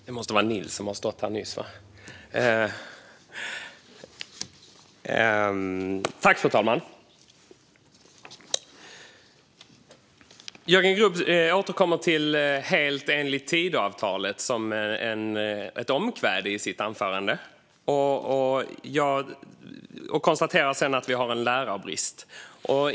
Fru talman! Jörgen Grubb återkommer till "helt enligt Tidöavtalet" som ett omkväde i sitt anförande och konstaterar sedan att vi har lärarbrist.